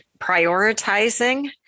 prioritizing